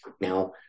Now